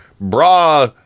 Bra